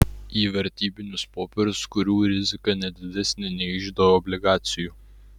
į vertybinius popierius kurių rizika ne didesnė nei iždo obligacijų